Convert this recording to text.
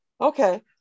Okay